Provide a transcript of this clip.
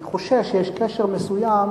אני חושש שיש קשר מסוים,